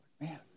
Man